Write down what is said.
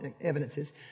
evidences